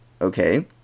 okay